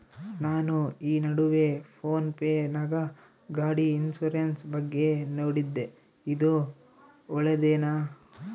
ನಾನು ಈ ನಡುವೆ ಫೋನ್ ಪೇ ನಾಗ ಗಾಡಿ ಇನ್ಸುರೆನ್ಸ್ ಬಗ್ಗೆ ನೋಡಿದ್ದೇ ಇದು ಒಳ್ಳೇದೇನಾ?